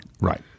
Right